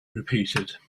repeated